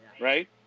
right